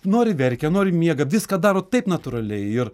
nori verkia nori miega viską daro taip natūraliai ir